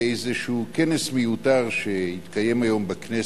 באיזשהו כנס מיותר שהתקיים היום בכנסת,